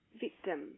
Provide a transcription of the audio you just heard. victim